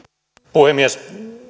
puhemies